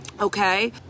Okay